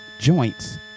joints